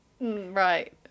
Right